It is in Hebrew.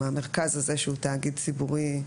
מהמרכז הזה שהוא תאגיד ציבורי נפרד.